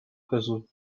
козу